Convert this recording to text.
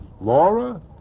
Laura